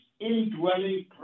indwelling